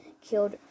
killed